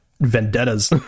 Vendettas